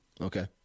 Okay